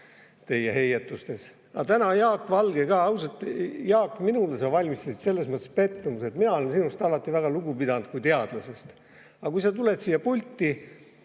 teie heietustes. Aga täna Jaak Valge ... Ausalt, Jaak, minule sa valmistasid selles mõttes pettumuse, et mina olen sinust alati väga lugu pidanud kui teadlasest. Kui sa tuled siia pulti,